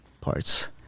parts